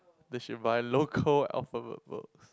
they should buy local alphabet books